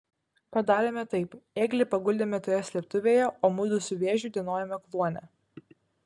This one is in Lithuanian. padarėme taip ėglį paguldėme toje slėptuvėje o mudu su vėžiu dienojome kluone